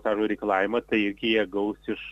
stažo reikalavimą tai irgi jie gaus iš